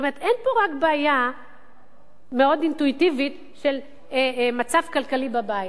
כלומר אין פה רק בעיה מאוד אינטואיטיבית של מצב כלכלי בבית,